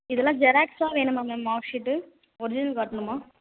இதெல்லாம் ஜெராக்ஸாக வேணுமா மேம் மார்க்ஷீட்டு ஒரிஜினல் காட்டணுமா